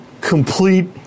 complete